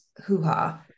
hoo-ha